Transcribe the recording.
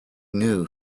knew